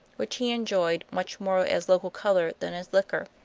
which he enjoyed much more as local color than as liquor.